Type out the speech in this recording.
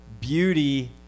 beauty